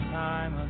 time